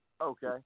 Okay